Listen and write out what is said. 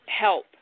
help